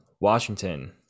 washington